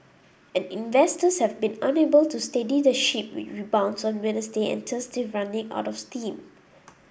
and investors have been unable to steady the ship with rebounds on Wednesday and Thursday running out of steam